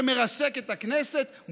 שמרסק את הכנסת,